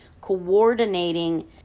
coordinating